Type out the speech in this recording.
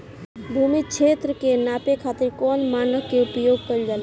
भूमि क्षेत्र के नापे खातिर कौन मानक के उपयोग कइल जाला?